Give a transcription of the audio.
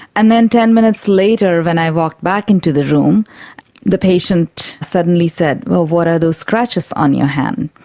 and then ten minutes later when i walked back in to the room the patient suddenly said, what are those scratches on your hand?